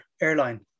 airline